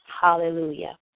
hallelujah